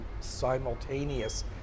simultaneous